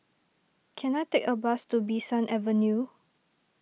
can I take a bus to Bee San Avenue